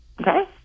okay